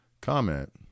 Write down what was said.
comment